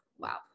Wow